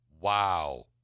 wow